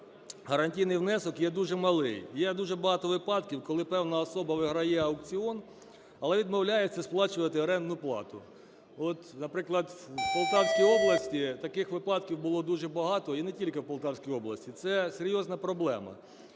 гарантійний внесок є дуже малий. Є дуже багато випадків, коли певна особа виграє аукціон, але відмовляється сплачувати орендну плату. От, наприклад, в Полтавській області таких випадків було дуже багато, і не тільки в Полтавській області. Це серйозна проблема.